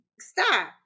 Stop